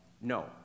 No